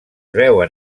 veuen